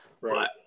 Right